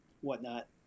whatnot